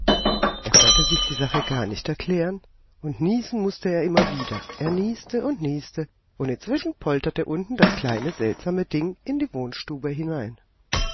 er konnte sich die sache gar nicht erklären und niesen mußte er immer wieder er nieste und nieste und inzwischen polterte unten das kleine seltsame ding in die wohnstube hinein